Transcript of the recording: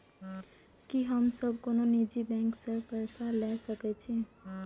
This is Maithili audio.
की हम सब कोनो निजी बैंक से पैसा ले सके छी?